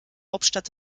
hauptstadt